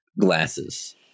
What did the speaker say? glasses